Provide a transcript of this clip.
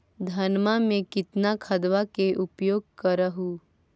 धानमा मे कितना खदबा के उपयोग कर हू?